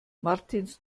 martins